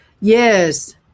Yes